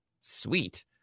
sweet